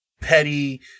petty